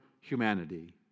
humanity